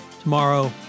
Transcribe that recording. tomorrow